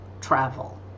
travel